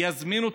יזמינו תגבורת,